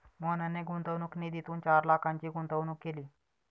मोहनने गुंतवणूक निधीतून चार लाखांची गुंतवणूक केली